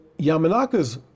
Yamanaka's